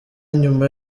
nyuma